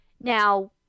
Now